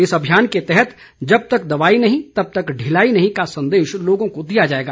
इस अभियान के तहत जब तक दवाई नहीं तब तक ढीलाई नहीं का संदेश लोगों को दिया जाएगा